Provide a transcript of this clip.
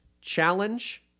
Challenge